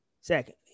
secondly